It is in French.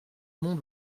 mont